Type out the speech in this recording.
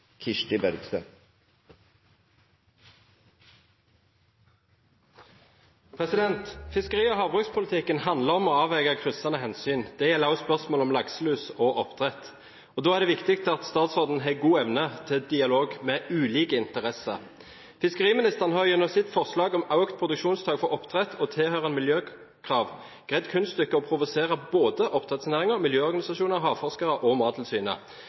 det viktig at statsråden har god evne til dialog med ulike interesser. Fiskeriministeren har gjennom sitt forslag om økt produksjonstak for oppdrett og tilhørende miljøkrav greid det kunststykket å provosere både oppdrettsnæringen, miljøorganisasjoner, havforskere og Mattilsynet.